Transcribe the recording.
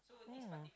oh